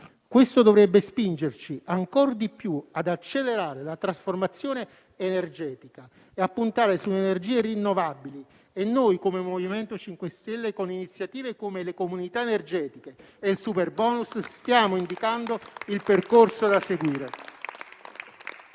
Questo dovrebbe spingerci ancor di più ad accelerare la trasformazione energetica e a puntare sulle energie rinnovabili e noi, come MoVimento 5 Stelle, con iniziative come le comunità energetiche e il superbonus, stiamo indicando il percorso da seguire.